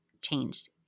changed